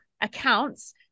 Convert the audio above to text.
accounts